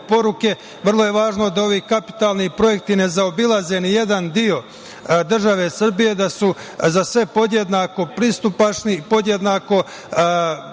poruke. Vrlo je važno da ovi kapitalni projekti ne zaobilaze ni jedan deo države Srbije, da su za sve podjednako pristupačni, podjednako